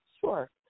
Sure